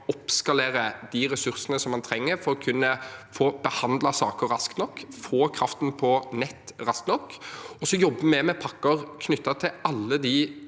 oppskalere de ressursene man trenger for å kunne få behandlet saker raskt nok, få kraften på nett raskt nok. Vi jobber også med pakker knyttet til alle de